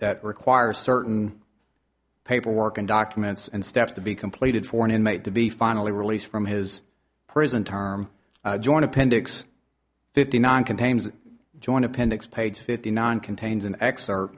that requires certain paperwork and documents and steps to be completed for an inmate to be finally released from his prison term joint appendix fifty nine contains a joint appendix page fifty nine contains an x